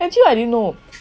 actually I didn't know